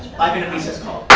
five minute recess call.